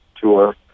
tour